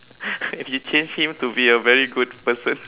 if you change him to be a very good person